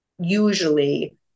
usually